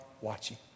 watching